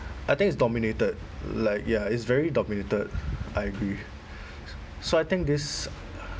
I think it's dominated like ya it's very dominated I agree so I think this